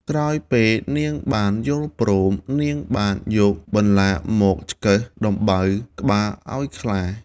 ក្រោយពេលនាងបានយល់ព្រម នាងបានយកបន្លាមកឆ្កឹះដំបៅក្បាលឲ្យខ្លា។